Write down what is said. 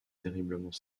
terriblement